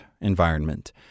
environment